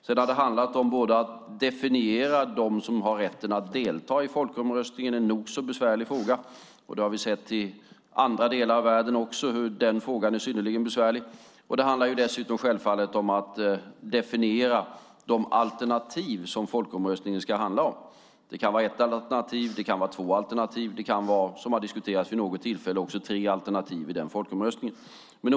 Sedan har det handlat om att definiera dem som har rätten att delta i folkomröstningen - en nog så besvärlig fråga. Vi har sett i andra delar av världen hur den frågan är synnerligen besvärlig. Det handlar dessutom självfallet om att definiera de alternativ som folkomröstningen ska handla om. Det kan vara ett alternativ, det kan vara två alternativ och det kan vara, som har diskuterats vid något tillfälle, tre alternativ i den folkomröstningen.